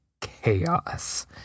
chaos